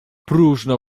próżno